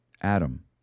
Adam